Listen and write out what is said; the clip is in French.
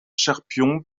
cherpion